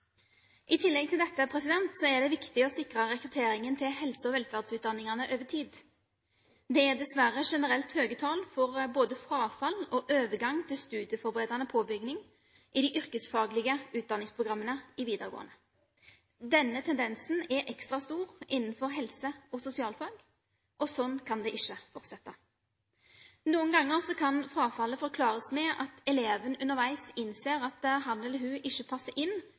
I tillegg til dette er det viktig å sikre rekrutteringen til helse- og velferdsutdanningene over tid. Det er dessverre generelt høye tall for både frafall og overgang til studieforberedende påbygging i de yrkesfaglige utdanningsprogrammene i videregående. Denne tendensen er ekstra stor innenfor helse- og sosialfag – og sånn kan det ikke fortsette. Noen ganger kan frafallet forklares med at eleven underveis innser at han eller hun ikke passer inn